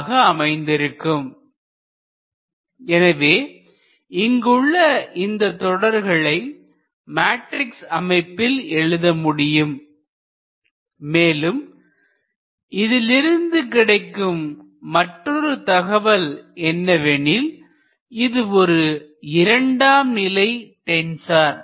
See this is also a second order tensor because it may be shown that it maps a vector onto a vector and not only that it requires two indices for it is specification in the Cartesian notation எனவே இங்குள்ள இந்தத் தொடர்களை matrix அமைப்பில் எழுத முடியும் மேலும் இதிலிருந்து கிடைக்கும் மற்றொரு தகவல் என்னவெனில்இது ஒரு இரண்டாம் நிலை டென்சார்